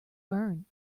burn